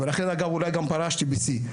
לכן גם אולי פרשתי בשיא.